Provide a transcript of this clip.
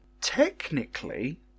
technically